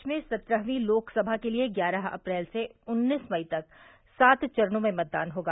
देश में सत्रहवीं लोकसभा के लिए ग्यारह अप्रैल से उन्नीस मई तक सात चरणों में मतदान होगा